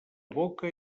boca